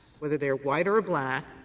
whether they are white or a black,